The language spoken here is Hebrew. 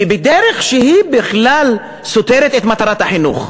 ובדרך שסותרת את מטרת החינוך.